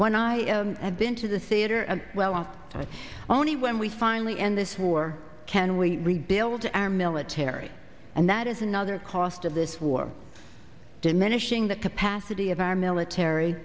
when i have been to the theater of well not only when we finally end this war can we rebuild our military and that is another cost of this war diminishing the capacity of our military